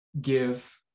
give